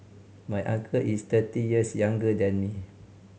my uncle is thirty years younger than me